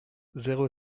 zéro